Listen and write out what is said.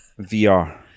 VR